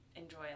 enjoy